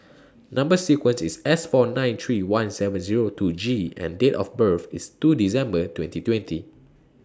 Number sequence IS S four nine three one seven Zero two G and Date of birth IS two December twenty twenty